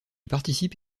participe